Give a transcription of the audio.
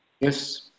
Yes